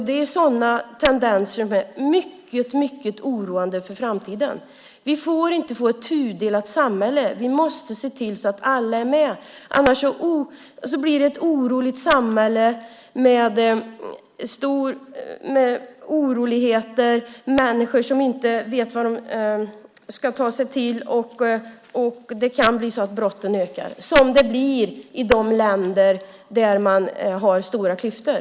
Det är sådana tendenser som är mycket oroande för framtiden. Vi får inte göra så att det blir ett tudelat samhälle. Vi måste se till att alla är med, annars blir det ett samhälle med oroligheter, människor som inte vet vad de ska ta sig till. Det kan bli så att brotten ökar, som det blir i de länder där man har stora klyftor.